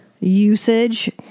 usage